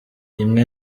rimwe